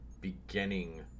beginning